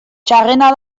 txarrena